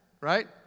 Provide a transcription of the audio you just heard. right